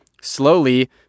slowly